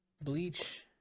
Bleach